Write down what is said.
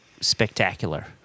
spectacular